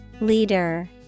Leader